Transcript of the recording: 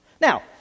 Now